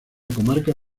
comarca